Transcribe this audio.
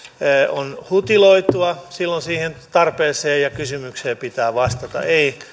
on hutiloitua silloin siihen tarpeeseen ja kysymykseen pitää vastata ei